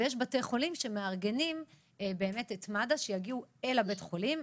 ויש בתי חולים שמארגנים את מד"א שיגיעו לבית החולים.